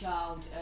Child